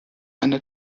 eine